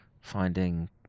finding